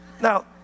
Now